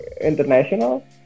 international